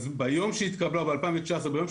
ביום שהיא התקבלה,